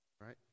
right